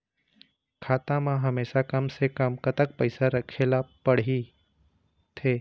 खाता मा हमेशा कम से कम कतक पैसा राखेला पड़ही थे?